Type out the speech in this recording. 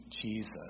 Jesus